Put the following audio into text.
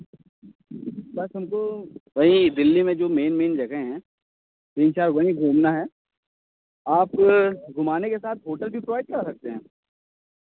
बस हमको वहीं दिल्ली में जो मेन मेन जगह हैं तीन चार वहीं घूमना है आप घुमाने के साथ होटल भी प्रोवाइड करा सकते हैं